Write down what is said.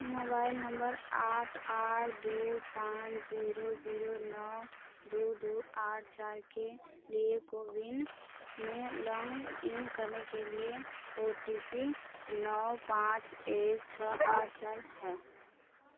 mobile नम्बर आठ आठ दो पाँच जीरो जीरो नौ दो दो आठ चार के लिए कोविन में लॉग इन करने के लिए ओ टी पी नौ पाँच एक छः आठ चार है